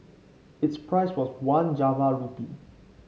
its price was one Java rupee